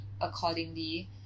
accordingly